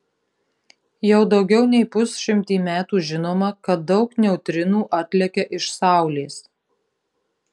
jau daugiau nei pusšimtį metų žinoma kad daug neutrinų atlekia iš saulės